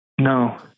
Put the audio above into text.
No